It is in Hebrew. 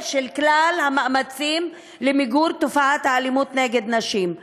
את כלל המאמצים למיגור תופעת האלימות נגד נשים.